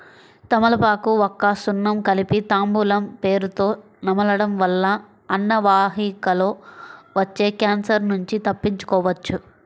తమలపాకు, వక్క, సున్నం కలిపి తాంబూలం పేరుతొ నమలడం వల్ల అన్నవాహికలో వచ్చే క్యాన్సర్ నుంచి తప్పించుకోవచ్చు